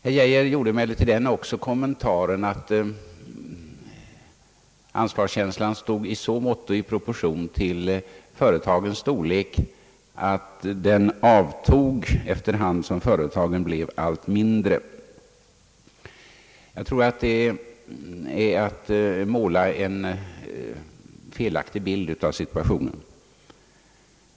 Herr Geijer gjorde emellertid också den kommentaren, att ansvarskänslan i så måtto stod i proportion till företagens storlek att den avtog efter hand som företagen blev allt mindre. Jag tror att det är att måla en felaktig bild av situationen.